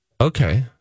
Okay